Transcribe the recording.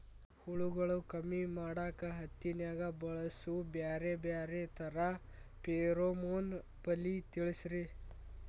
ಹುಳುಗಳು ಕಮ್ಮಿ ಮಾಡಾಕ ಹತ್ತಿನ್ಯಾಗ ಬಳಸು ಬ್ಯಾರೆ ಬ್ಯಾರೆ ತರಾ ಫೆರೋಮೋನ್ ಬಲಿ ತಿಳಸ್ರಿ